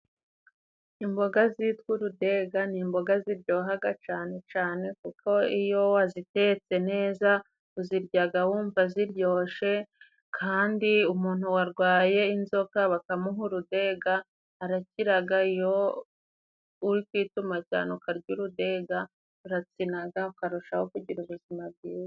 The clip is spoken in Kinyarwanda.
Imboga zitwa urudega ni imboga ziryohaga cane cane, kuko iyo wazitetse neza uziryaga wumva ziryoshe kandi umuntu warwaye inzoka bakamuha urudega arakiraga, iyo uri kwituma cane ukarya urudega uratsinaga ukarushaho kugira ubuzima bwiza.